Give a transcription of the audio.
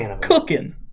cooking